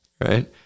Right